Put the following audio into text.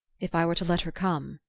if i were to let her come,